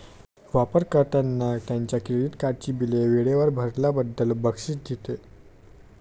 वापर कर्त्यांना त्यांच्या क्रेडिट कार्डची बिले वेळेवर भरल्याबद्दल बक्षीस देते